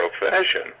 profession